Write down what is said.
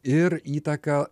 ir įtaką